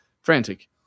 frantic